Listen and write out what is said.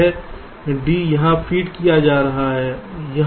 यह डी यहां फीड किया जा रहा है